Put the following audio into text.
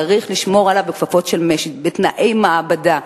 צריך לשמור עליו בכפפות של משי, בתנאי מעבדה.